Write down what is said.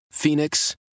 Phoenix